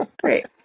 Great